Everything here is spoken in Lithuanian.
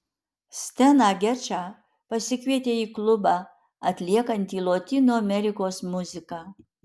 steną gečą pasikvietė į klubą atliekantį lotynų amerikos muziką